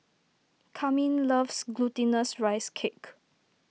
Carmine loves Glutinous Rice Cake